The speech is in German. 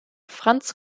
franz